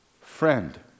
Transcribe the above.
Friend